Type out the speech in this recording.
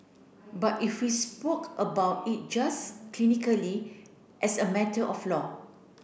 but if we spoke about it just clinically as a matter of law